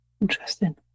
interesting